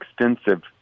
extensive